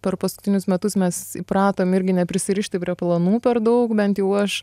per paskutinius metus mes įpratom irgi neprisirišti prie planų per daug bent jau aš